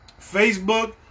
Facebook